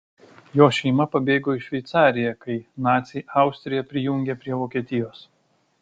jo šeima pabėgo į šveicariją kai naciai austriją prijungė prie vokietijos